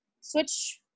switch